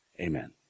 Amen